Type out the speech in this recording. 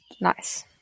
nice